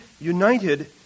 united